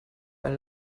ein